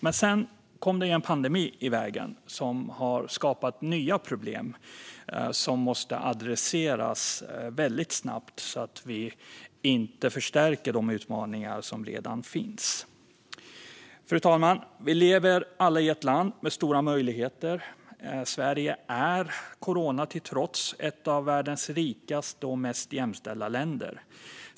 Sedan kom det en pandemi i vägen som har skapat nya problem som måste adresseras väldigt snabbt så att vi inte förstärker de utmaningar som redan finns. Fru talman! Vi lever i ett land med stora möjligheter. Sverige är, corona till trots, ett av världens rikaste och mest jämställda länder.